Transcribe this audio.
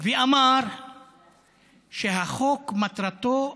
ואמר שהחוק, מטרתו דמוגרפית: